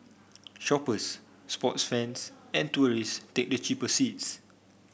shoppers sports fans and tourist take the cheaper seats